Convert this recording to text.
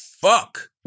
fuck